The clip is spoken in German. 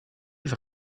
ist